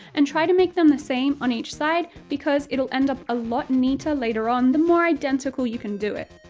and try to make them the same on each side, because it'll end up a lot neater later on the more identical you do it.